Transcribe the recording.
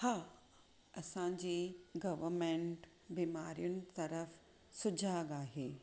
हा असांजे गवरमेंट बीमारियुनि तर्फ़ु सुझाग आहे